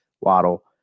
Waddle